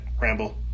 ramble